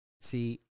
see